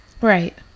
Right